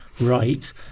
right